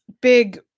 big